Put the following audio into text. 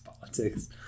politics